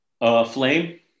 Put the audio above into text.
flame